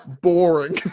boring